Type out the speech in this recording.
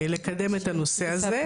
לקדם את הנושא הזה.